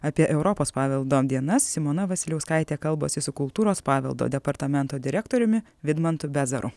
apie europos paveldo dienas simona vasiliauskaitė kalbasi su kultūros paveldo departamento direktoriumi vidmantu bezaru